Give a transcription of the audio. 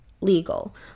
legal